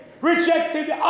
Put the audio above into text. rejected